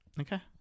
Okay